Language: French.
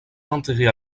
intérêts